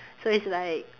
so it's like